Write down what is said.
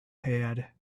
had